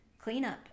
cleanup